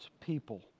people